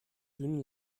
dünnen